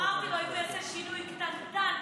אם הוא יעשה שינוי קטנטן,